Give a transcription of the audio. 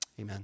amen